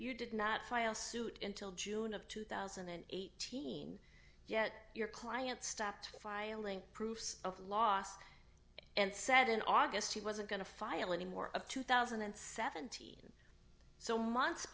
you did not file suit in till june of two thousand and eighteen yet your client stopped filing proofs of loss and said in august he wasn't going to file any more of two thousand and seventeen so months